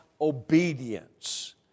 obedience